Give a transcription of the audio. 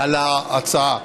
על ההצעה.